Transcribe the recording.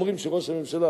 אומרים שראש הממשלה,